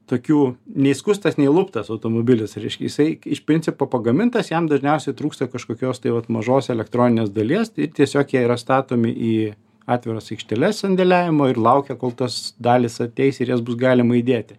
tokių nei skustas nei luptas automobilis reiškia jisai iš principo pagamintas jam dažniausiai trūksta kažkokios tai vat mažos elektroninės daliesir tiesiog jie yra statomi į atviras aikšteles sandėliavimo ir laukia kol tos dalys ateis ir jas bus galima įdėti